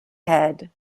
head